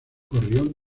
gorrión